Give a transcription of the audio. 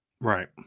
Right